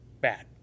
bad